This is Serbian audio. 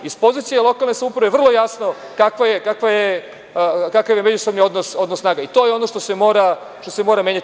Iz pozicije lokalne samouprave je vrlo jasno kakav je međusoban odnos snaga i to je ono što se mora menjati.